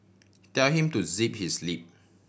tell him to zip his lip